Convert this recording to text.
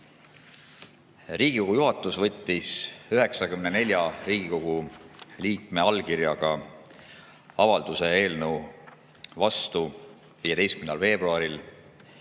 Riigikogu juhatus võttis 94 Riigikogu liikme allkirjaga avalduse eelnõu vastu 15. veebruaril